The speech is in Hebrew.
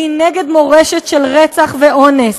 שהיא נגד מורשת של רצח ואונס,